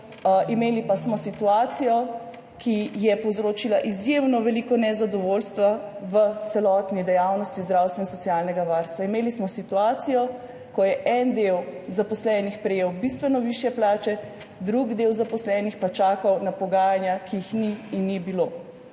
imeli pa smo situacijo, ki je povzročila izjemno veliko nezadovoljstva v celotni dejavnosti zdravstva in socialnega varstva. Imeli smo situacijo, ko je en del zaposlenih prejel bistveno višje plače, drug del zaposlenih pa čakal na pogajanja, ki jih ni in ni bilo.